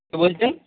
কে বলছেন